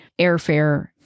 airfare